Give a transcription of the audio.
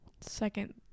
Second